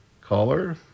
Caller